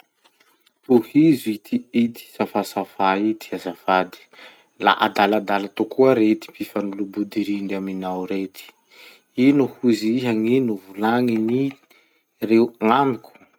Tohizo ity safasafa ity azafady: "La adaladala tokoa rety mpifanolobodorindry aminao rety. Ino ho izy iha volagnin'ireo amiko